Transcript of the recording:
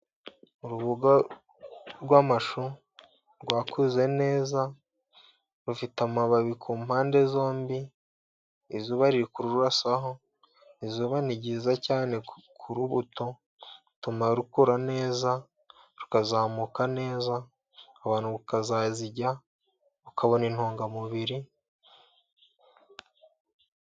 Uruboga rw'amashu rwakuze neza, rufite amababi ku mpande zombi, izuba riri kururasaho, izuba ni ryiza cyane ku rubuto, rituma rukura neza, rukazamuka neza, abantu bakazazirya, bakabona intungamubiri.